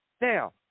Now